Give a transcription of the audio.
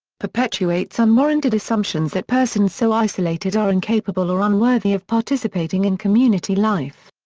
perpetuates unwarranted assumptions that persons so isolated are incapable or unworthy of participating in community life.